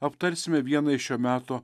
aptarsime vieną iš šio meto